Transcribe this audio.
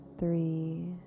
three